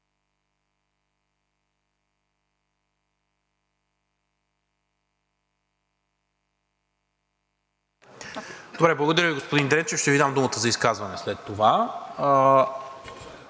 МИНЧЕВ: Благодаря, господин Дренчев, ще Ви дам думата за изказване след това.